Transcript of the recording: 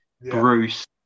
Bruce